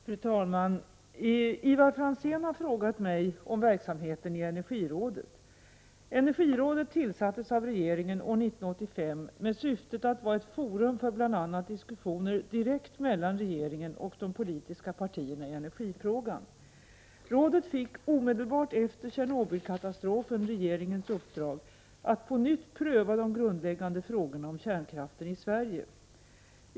Fru talman! Ivar Franzén har frågat mig om verksamheten i energirådet. Energirådet tillsattes av regeringen år 1985 med syftet att vara ett forum för bl.a. diskussioner direkt mellan regeringen och de politiska partierna i energifrågan. Rådet fick omedelbart efter Tjernobylkatastrofen regeringens uppdrag att på nytt pröva de grundläggande frågorna om kärnkraften i Sverige.